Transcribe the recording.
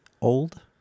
old